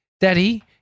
Daddy